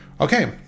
Okay